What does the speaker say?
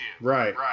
Right